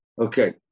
Okay